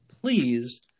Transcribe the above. Please